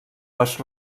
les